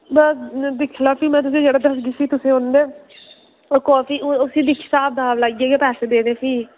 दिक्खी लेओ फ्ही में तुसेंई जेह्ड़ा दसगी फ्ही उसी दिक्खी स्हाब कताब लाइयै गै पैसे देने फही